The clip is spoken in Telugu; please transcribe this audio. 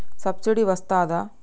సబ్సిడీ వస్తదా?